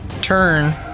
turn